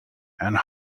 and